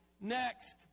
next